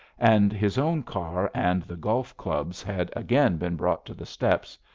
and his own car and the golf clubs had again been brought to the steps,